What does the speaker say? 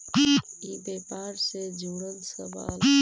ई व्यापार से जुड़ल सवाल?